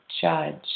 judge